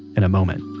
in a moment